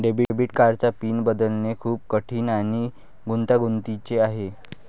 debit कार्डचा pin बदलणे खूप कठीण आणि गुंतागुंतीचे आहे